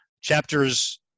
chapters